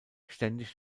ständig